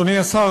אדוני השר,